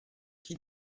qui